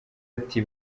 ati